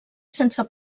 sense